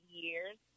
years